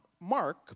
Mark